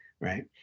right